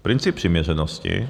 Princip přiměřenosti.